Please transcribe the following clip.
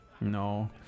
No